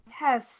Yes